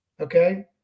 okay